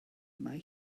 mae